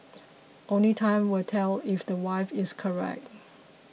only time will tell if the wife is correct